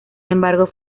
embargo